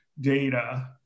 data